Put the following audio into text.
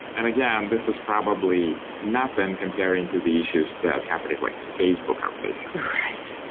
and again, this is probably nothing comparing to the issues that companies like facebook are facing right